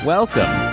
Welcome